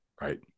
Right